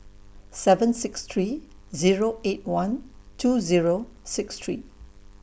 seven six three Zero eight one two Zero six three